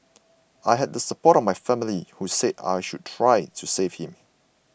I had the support of my family who said I should try to save him